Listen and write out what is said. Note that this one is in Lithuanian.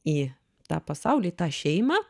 į tą pasaulį į tą šeimą